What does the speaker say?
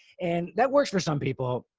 and that works for some people.